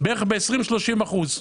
בערך בכ-20%-30%.